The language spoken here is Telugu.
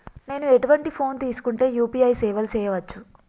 నేను ఎటువంటి ఫోన్ తీసుకుంటే యూ.పీ.ఐ సేవలు చేయవచ్చు?